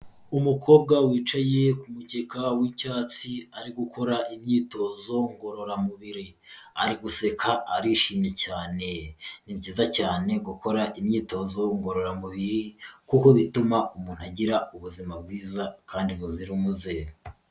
Umukobwa wicaye ku mukeka w'icyatsi ari gukora imyitozo ngororamubiri. Ari guseka arishimye cyane. Ni byiza cyane gukora imyitozo ngororamubiri, kuko bituma umuntu agira ubuzima bwiza kandi buzira umuze.